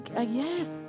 yes